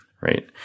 right